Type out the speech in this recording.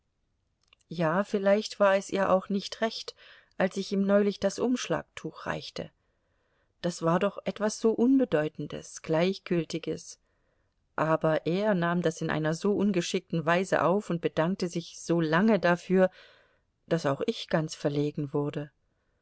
ja vielleicht war es ihr auch nicht recht als ich ihm neulich das umschlagtuch reichte das war doch etwas so unbedeutendes gleichgültiges aber er nahm das in einer so ungeschickten weise auf und bedankte sich so lange dafür daß auch ich ganz verlegen wurde